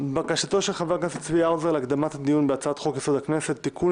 בקשת חבר הכנסת צבי האוזר להקדמת הדיון בהצעת חוק יסוד: הכנסת (תיקון,